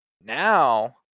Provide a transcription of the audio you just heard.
now